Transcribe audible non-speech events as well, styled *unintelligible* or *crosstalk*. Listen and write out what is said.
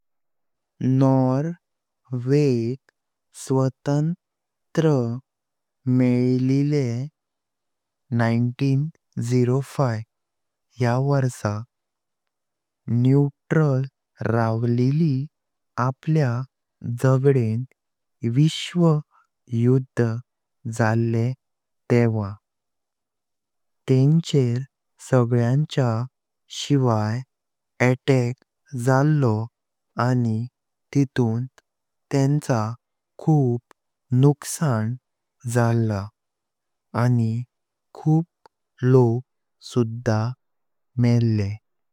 नॉर्वेएक स्वतंत्रा मेयलिली एकनवसुशे पाच। *unintelligible* न्यूट्रल रावलीली आपल्या झगडेण विश्व युद्ध झाला तेव्हा। तेंचर सांगच्या शिवाय अटॅक झाला आनी तेंतॊं तेंचा खूप नुक्सान झाला आनी खूप लोक सुधा मॆल्ले।